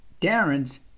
Darren's